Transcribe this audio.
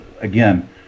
again